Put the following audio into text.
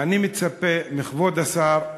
ואני מצפה מכבוד השר,